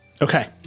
Okay